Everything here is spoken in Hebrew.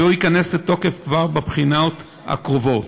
והוא ייכנס לתוקף כבר בבחינות הקרובות.